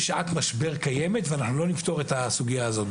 שזו שעת משבר ואנחנו לא נפתור את הסוגיה הזאת,